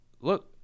look